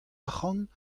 arcʼhant